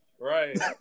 Right